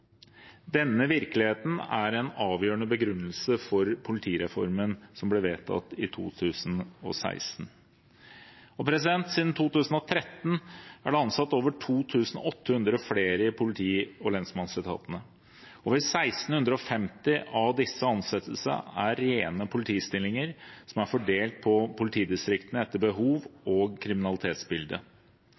Denne virkeligheten er en avgjørende begrunnelse for politireformen som ble vedtatt i 2016. Siden 2013 er det ansatt over 2 800 flere i politi- og lensmannsetaten. Over 1 650 av disse ansettelsene er rene politistillinger som er fordelt på politidistriktene etter behov og kriminalitetsbilde.